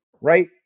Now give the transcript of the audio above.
right